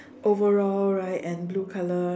overall right and blue color